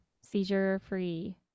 seizure-free